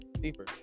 deeper